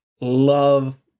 love